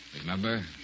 Remember